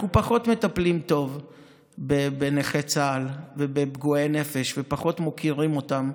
אנחנו מטפלים פחות טוב בנכי צה"ל ובפגועי נפש ופחות מוקירים אותם,